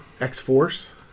X-Force